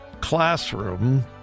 classroom